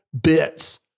bits